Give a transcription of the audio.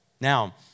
Now